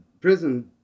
prison